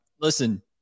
listen